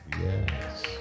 yes